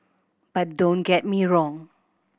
but don't get me wrong